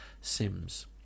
sims